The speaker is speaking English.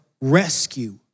rescue